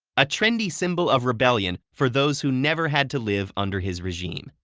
a trendy symbol of rebellion for those who never had to live under his regime.